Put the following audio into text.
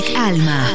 Alma